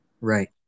Right